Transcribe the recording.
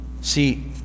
See